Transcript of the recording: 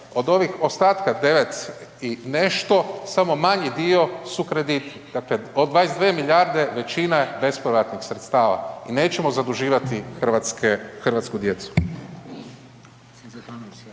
od ovih ostatka 9 i nešto samo manji dio su krediti, dakle od 22 milijarde većina je bespovratnih sredstava i nećemo zaduživati hrvatske,